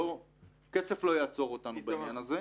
כסף לא יעצור אותנו בעניין הזה.